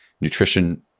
nutrition